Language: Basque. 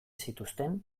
zituzten